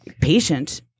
patient